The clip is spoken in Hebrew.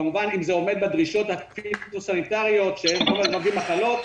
כמובן אם זה עומד בדרישות הסניטריות שלא להביא מחלות,